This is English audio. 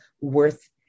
worth